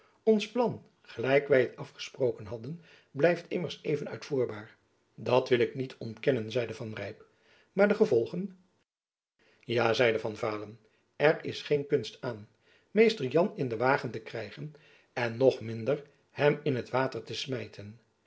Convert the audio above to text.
ons plan gelijk wy t afgesproken hadden blijft immers even uitvoerbaar dat wil ik niet ontkennen zeide van rijp maar de gevolgen ja zeide van vaalen er is geen kunst aan mr jan in den wagen te krijgen en nog minder hem in t water te smijten